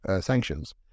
sanctions